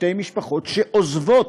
שתי משפחות, שעוזבות,